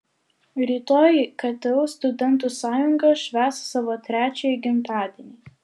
rytoj ktu studentų sąjunga švęs savo trečiąjį gimtadienį